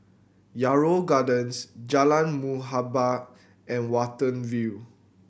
Yarrow Gardens Jalan Muhibbah and Watten View